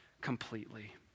completely